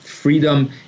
Freedom